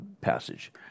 passage